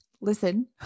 listen